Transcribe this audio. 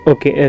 Okay